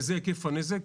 וזה היקף הנזק.